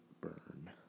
Burn